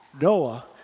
Noah